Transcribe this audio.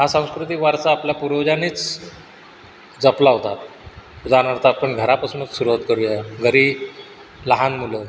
हा सांस्कृतिक वारसा आपला पूर्वजांनीच जपला होता उदाहरणार्थ आपण घरापासूनच सुरुवात करूया घरी लहान मुलं